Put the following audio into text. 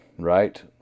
Right